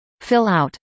Fill-out